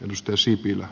risto sipilä